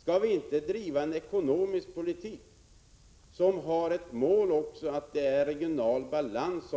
Skall vi inte driva en ekonomisk politik som har som mål att nå regional balans,